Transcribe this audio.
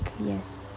Yes